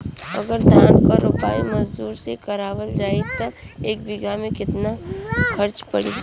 अगर धान क रोपाई मजदूर से करावल जाई त एक बिघा में कितना खर्च पड़ी?